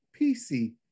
PC